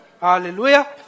Hallelujah